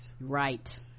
right